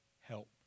help